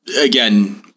again